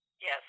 Yes